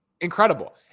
Incredible